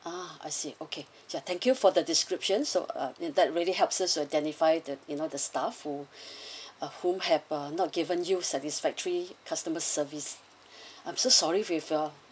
ah I see okay sure thank you for the description so ah that really helps us identify the you know the staff who ah whom had ah not given you satisfactory customer service I'm so sorry with your